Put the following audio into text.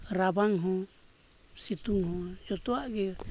ᱨᱟᱵᱟᱝ ᱦᱚᱸ ᱥᱤᱛᱩᱝ ᱦᱚᱸ ᱡᱚᱛᱚᱣᱟᱜ ᱜᱮ